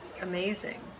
amazing